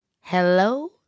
Hello